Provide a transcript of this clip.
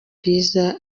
bwiza